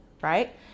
Right